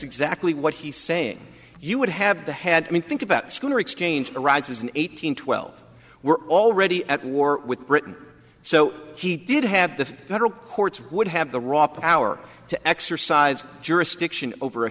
exactly what he's saying you would have to had i mean think about scooter exchange arises in eight hundred twelve we're already at war with britain so he did have the federal courts would have the raw power to exercise jurisdiction over a